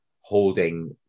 holding